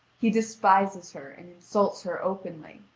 he despises her and insults her openly.